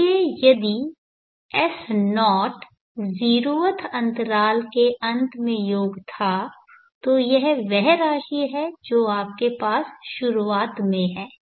इसलिए यदि S0 0th अंतराल के अंत में योग था तो यह वह राशि है जो आपके पास शुरुआत में है